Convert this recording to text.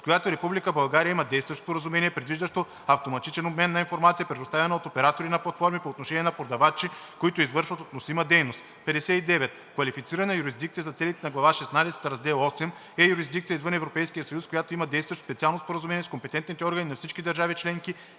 с която Република България има действащо споразумение, предвиждащо автоматичен обмен на информация, предоставяна от оператори на платформи по отношение на продавачи, които извършват относима дейност. 59. „Квалифицирана юрисдикция“ за целите на глава шестнадесета, раздел VIII е юрисдикция извън Европейския съюз, която има действащо специално споразумение с компетентните органи на всички държави членки